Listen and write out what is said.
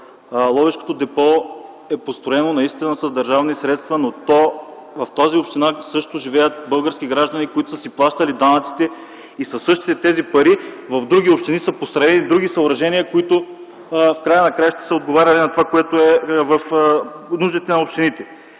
Ловешкото депо е построено наистина с държавни средства, но в тази община също живеят български граждани, които са плащали данъците си. Със същите тези пари в други общини са построени други съоръжения, които са отговаряли на нуждите на общините.